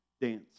dance